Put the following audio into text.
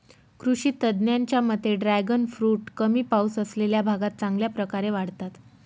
कृषी तज्ज्ञांच्या मते ड्रॅगन फ्रूट कमी पाऊस असलेल्या भागात चांगल्या प्रकारे वाढतात